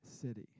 city